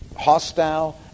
Hostile